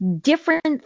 different